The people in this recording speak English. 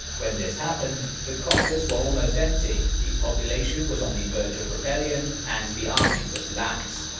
when this happened, the coffers were almost empty, the population was on the verge of rebellion and the army was lax.